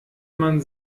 man